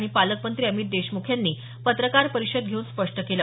आणि पालकमंत्री अमित देशमुख यांनी पत्रकार परिषद घेऊन स्पष्ट केलं